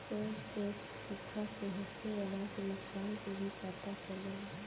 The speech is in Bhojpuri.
सर्वे से सुखा से होखे वाला नुकसान के भी पता चलेला